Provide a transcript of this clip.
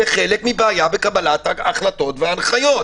זה חלק מבעיה בקבלת החלטות והנחיות.